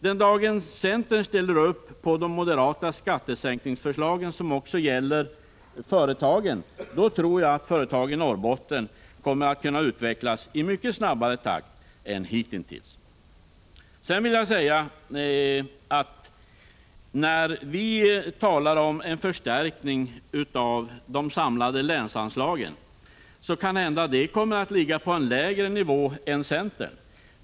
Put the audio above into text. Den dag centern ställer sig bakom de moderata skattesänkningsförslag som gäller företag tror jag att företagen i Norrbotten kommer att kunna utvecklas i mycket snabbare takt än hitintills. Den förstärkning av de samlade länsanslagen som vi talar om kommer kanhända att ligga på en lägre nivå än centerns.